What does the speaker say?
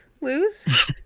lose